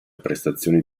prestazioni